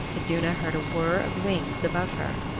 iduna heard a whirr of wings above her.